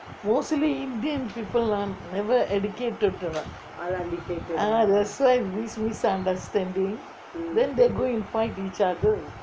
mostly indian people ah never educated ah that's why misunderstanding that's why they go fight each other